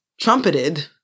trumpeted